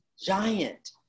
giant